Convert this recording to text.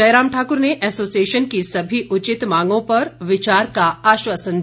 जयराम ठाकुर ने एसोसिएशन की सभी उचित मांगों पर विचार का आश्वासन दिया